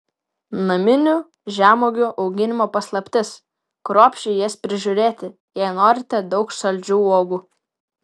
naminių žemuogių auginimo paslaptis kruopščiai jas prižiūrėti jei norite daug saldžių uogų